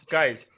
guys